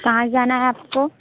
कहाँ जाना है आपको